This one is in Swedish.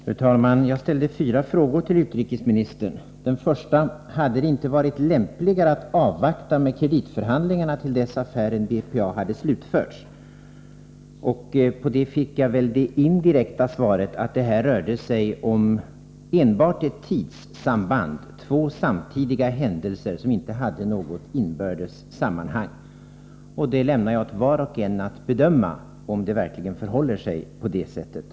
Fru talman! Jag ställde fyra frågor till utrikesministern. För det första: Hade det inte varit lämpligare att avvakta kreditförhandlingarna, tills affären BPA hade slutförts? Här fick jag väl det indirekta svaret att det enbart rörde sig om ett tidssamband. Det gällde två samtidiga händelser, som inte hade något inbördes samband. Jag lämnar åt var och en att bedöma om det verkligen förhåller sig på det sättet.